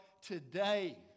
today